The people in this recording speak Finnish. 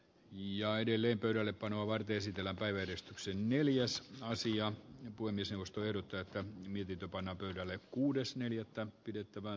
ja edelleen pöydällepanoa voi esitellä päiväjärjestyksen neljäs sija uinnissa ostoehdot täyttää imi tytöt panna pöydälle kuudes neljättä pidettävään